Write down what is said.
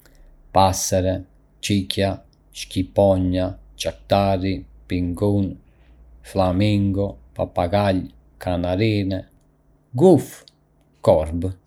Ka shumë lloje zogjsh, si passerë, qyqja, shqiponja, jaktari, pingun, flamingo, papagall, kanarinë, guf dhe korb. Çdo njëri nga këto zogj ka një habitat dhe sjellje unike.